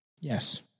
Yes